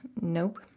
Nope